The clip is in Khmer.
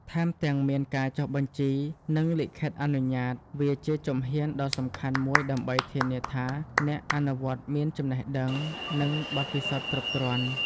ថែមទាំងមានការចុះបញ្ជី និងលិខិតអនុញ្ញាត វាជាជំហានដ៏សំខាន់មួយដើម្បីធានាថាអ្នកអនុវត្តមានចំណេះដឹង និងបទពិសោធន៍គ្រប់គ្រាន់។